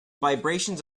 vibrations